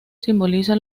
simboliza